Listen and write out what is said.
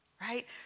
right